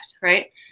right